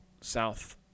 south